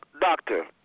doctor